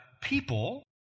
people